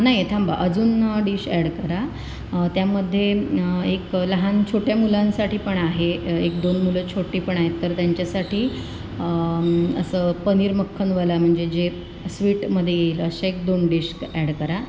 नाही थांबा अजून डिश अॅड करा त्यामध्ये एक लहान छोट्या मुलांसाठी पण आहे एक दोन मुलं छोटी पण आहेत तर त्यांच्यासाठी असं पनीर मख्खनवला म्हणजे जे स्वीट मध्ये येईल अशा एक दोन डिश कं अॅड करा